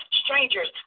strangers